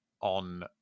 on